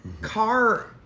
car